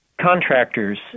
Contractors